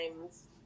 times